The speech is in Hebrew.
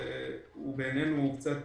הוא קצת